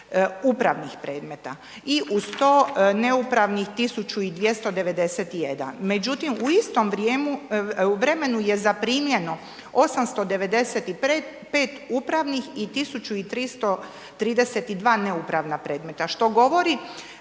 Upravnih predmeta i uz to neupravnih 1291, međutim u istom vremenu je zaprimljeno 895 upravnih i 1332 neupravna predmeta, što govori,